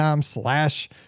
slash